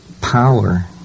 power